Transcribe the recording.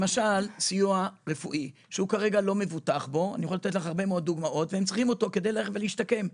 למשל סיוע רפואי שהוא לא מבוטח בו שהם צריכים אותו כדי להשתקם.